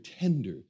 tender